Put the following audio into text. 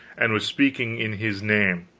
and was speaking in his name.